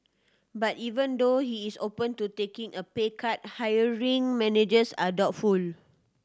but even though he is open to taking a pay cut hiring managers are doubtful